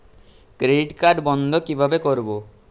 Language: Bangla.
ক্রেডিট কার্ড বন্ধ কিভাবে করবো?